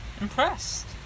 Impressed